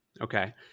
Okay